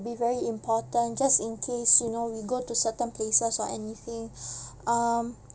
be very important just in case you know we go to certain places or anything um